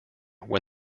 when